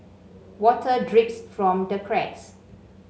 water drips from the cracks